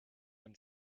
when